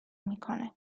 میکنه